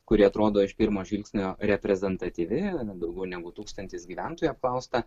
kuri atrodo iš pirmo žvilgsnio reprezentatyvi daugiau negu tūkstantis gyventojų apklausta